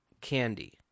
candy